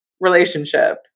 relationship